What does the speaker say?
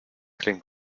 klingt